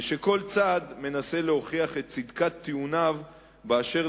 וכל צד מנסה להוכיח את צדקת טיעוניו באשר